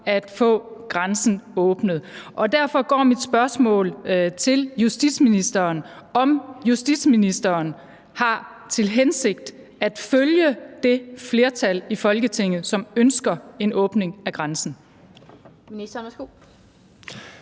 at få grænsen åbnet. Derfor er mit spørgsmål til justitsministeren, om justitsministeren har til hensigt at følge det flertal i Folketinget, som ønsker en åbning af grænsen.